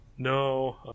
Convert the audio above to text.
no